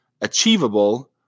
achievable